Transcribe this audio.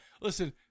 Listen